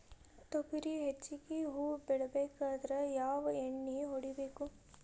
ತೊಗರಿ ಹೆಚ್ಚಿಗಿ ಹೂವ ಬಿಡಬೇಕಾದ್ರ ಯಾವ ಎಣ್ಣಿ ಹೊಡಿಬೇಕು?